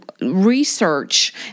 research